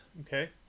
Okay